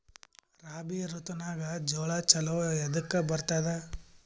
ರಾಬಿ ಋತುನಾಗ್ ಜೋಳ ಚಲೋ ಎದಕ ಬರತದ?